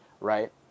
Right